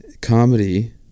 Comedy